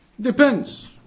Depends